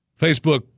Facebook